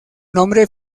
nombre